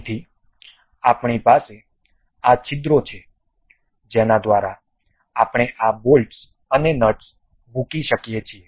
તેથી અમારી પાસે આ છિદ્રો છે જેના દ્વારા આપણે આ બોલ્ટ્સ અને નટસ મૂકી શકીએ છીએ